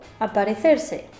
aparecerse